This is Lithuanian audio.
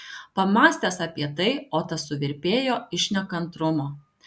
pamąstęs apie tai otas suvirpėjo iš nekantrumo